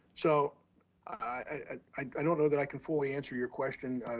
so i i don't know that i can fully answer your question.